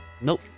Nope